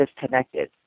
disconnected